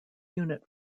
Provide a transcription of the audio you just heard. unit